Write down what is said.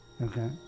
Okay